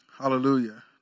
Hallelujah